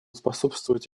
способствовать